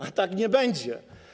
A tak nie będzie.